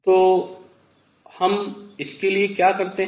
तो हम इसके लिए क्या करते हैं